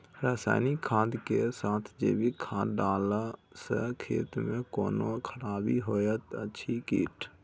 रसायनिक खाद के साथ जैविक खाद डालला सॅ खेत मे कोनो खराबी होयत अछि कीट?